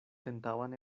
tentaban